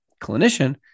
clinician